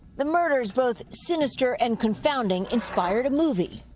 the murders both sinister and confounding inspired a movie.